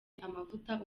amavuta